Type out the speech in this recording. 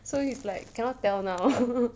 so he's like cannot tell now